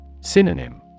Synonym